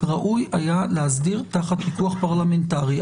ראוי היה להסדיר תחת פיקוח פרלמנטרי,